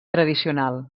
tradicional